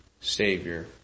Savior